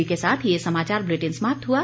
इसी के साथ ये समाचार बुलेटिन समाप्त हुआ